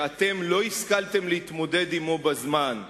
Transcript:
שאתם לא השכלתם להתמודד עמו בזמן,